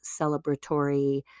celebratory